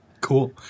cool